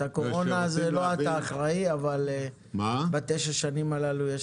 אתה לא אחראי לקורונה אבל בתשע השנים האלה יש